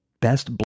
best